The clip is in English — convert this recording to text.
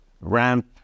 ramp